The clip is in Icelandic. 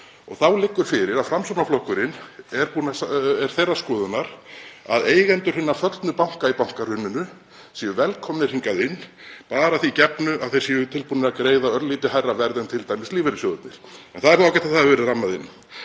Þá liggur fyrir að Framsóknarflokkurinn er þeirrar skoðunar að eigendur hinna föllnu banka í bankahruninu séu velkomnir hingað inn, bara að því gefnu að þeir séu tilbúnir að greiða örlítið hærra verð en t.d. lífeyrissjóðirnir. En það er þá ágætt að það hefur verið rammað inn.